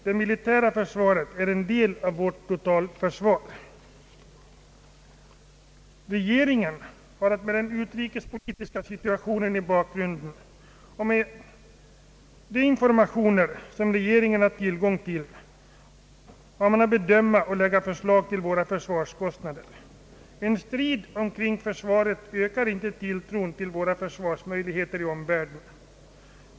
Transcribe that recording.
Det militära försvaret är ju en del av vårt totalförsvar. Regeringen har, med den utrikespolitiska situationen som bakgrund och med de informationer som den har tillgång till, att bedöma och lägga fram förslag till försvarskostnader. En strid kring försvaret ökar inte tilltron till våra försvarsmöjligheter hos omvärlden.